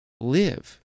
Live